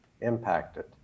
impacted